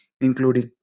including